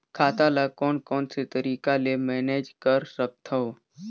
खाता ल कौन कौन से तरीका ले मैनेज कर सकथव?